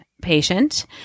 patient